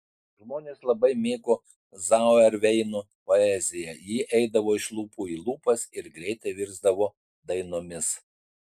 žmonės labai mėgo zauerveino poeziją ji eidavo iš lūpų į lūpas ir greitai virsdavo dainomis